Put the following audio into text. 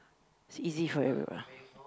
it's easy for everyone